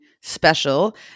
special